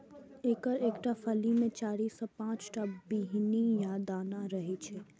एकर एकटा फली मे चारि सं पांच टा बीहनि या दाना रहै छै